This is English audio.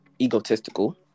egotistical